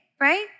right